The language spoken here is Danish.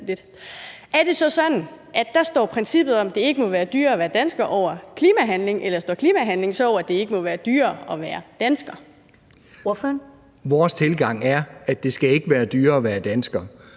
Er det så sådan, at princippet om, at det ikke må være dyrere at være dansker står over klimahandlingen, eller står klimahandlingen over, at det ikke må være dyrere at være dansker? Kl. 12:12 Første næstformand (Karen Ellemann):